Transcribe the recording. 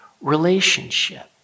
relationship